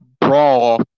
brawl